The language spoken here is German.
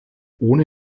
ohne